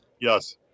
yes